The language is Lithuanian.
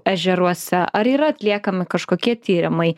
ežeruose ar yra atliekami kažkokie tyrimai